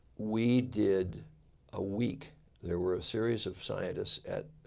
we did a week there were a series of scientists at,